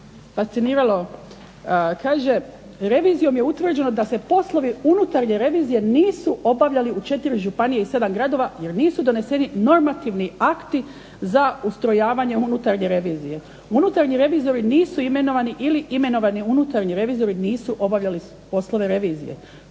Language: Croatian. fasciniralo, kaže revizijom je utvrđeno da se poslovi unutarnje revizije nisu obavljali u 4 županije i 7 gradova jer nisu doneseni normativni akti za ustrojavanje unutarnje revizije. Unutarnji revizori nisu imenovani ili imenovani unutarnji revizori nisu obavljali poslove revizije.